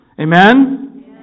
Amen